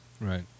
Right